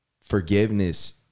forgiveness